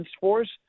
Force